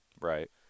Right